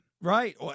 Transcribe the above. Right